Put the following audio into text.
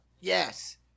Yes